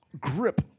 grip